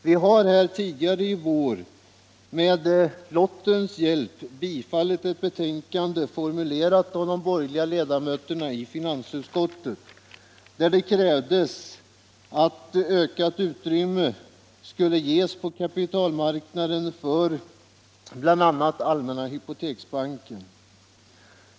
Vi har här tidigare i vår med lottens hjälp bifallit ett förslag, formulerat av de borgerliga ledamöterna i finansutskottet, där det krävdes att ökat utrymme skulle ges på kapitalmarknaden för bl.a. Allmänna Hypoteksbanken.